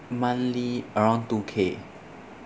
monthly around two K